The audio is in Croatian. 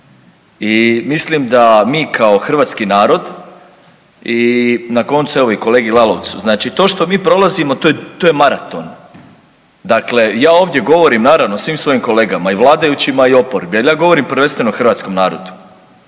I mislim da mi kao hrvatski narod i na koncu evo i kolegi Lalovcu, to što mi prolazimo to je maraton. Dakle, ja ovdje govorim naravno svim svojim kolegama i vladajućima i oporbi, ali ja govorim prvenstveno hrvatskom narodu.